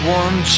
one